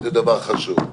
זה דבר חשוב.